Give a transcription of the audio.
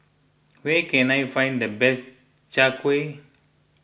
where can I find the best Chai Kuih